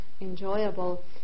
enjoyable